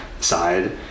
side